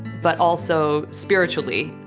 but also spiritually,